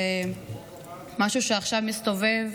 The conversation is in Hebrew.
זה משהו שעכשיו מסתובב